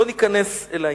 לא ניכנס אל העניין.